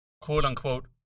quote-unquote